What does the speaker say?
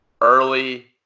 Early